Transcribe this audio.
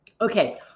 Okay